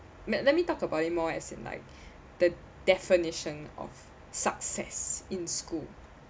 let let me talk about it more as in like the definition of success in school